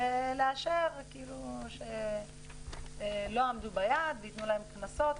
ולאשר שלא עמדו ביעד ויתנו להם קנסות,